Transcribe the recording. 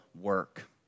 work